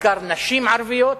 בעיקר נשים ערביות